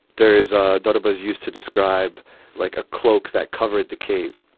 there is a lot of us used to describe like a cloak that covered the cave,